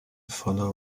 fuller